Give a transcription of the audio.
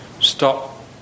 stop